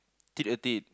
tick a date